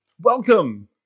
Welcome